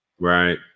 Right